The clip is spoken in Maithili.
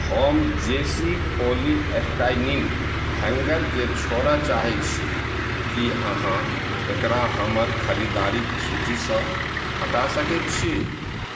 हम जे सी पॉलीस्टाइनिन हैंगरकेँ छोड़य चाहैत छी की अहाँ एकरा हमर खरीदारिक सूचीसँ हटा सकैत छी